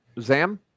Zam